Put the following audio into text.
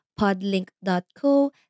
podlink.co